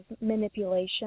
manipulation